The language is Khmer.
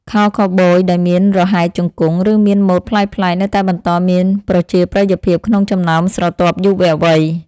ខោខូវប៊យដែលមានរហែកជង្គង់ ឬមានម៉ូដប្លែកៗនៅតែបន្តមានប្រជាប្រិយភាពក្នុងចំណោមស្រទាប់យុវវ័យ។